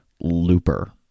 looper